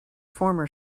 former